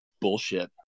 bullshit